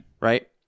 Right